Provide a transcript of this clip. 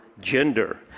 gender